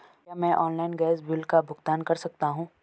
क्या मैं online gas bill का भुगतान कर सकता हूँ?